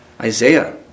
Isaiah